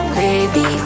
baby